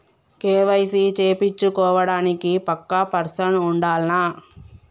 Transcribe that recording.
KYC చేపిచ్చుకోవడానికి పక్కా person ఉండాల్నా?